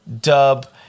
Dub